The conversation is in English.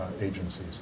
agencies